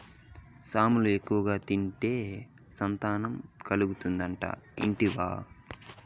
సామలు ఎక్కువగా తింటే సంతానం కలుగుతాదట ఇంటివా